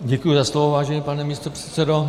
Děkuji za slovo, vážený pane místopředsedo.